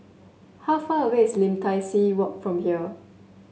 how far away is Lim Tai See Walk from here